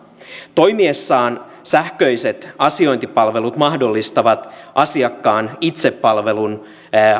toimiessaan sähköiset asiointipalvelut mahdollistavat asiakkaan itsepalvelun